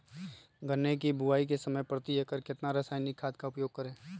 गन्ने की बुवाई के समय प्रति एकड़ कितना रासायनिक खाद का उपयोग करें?